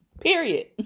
Period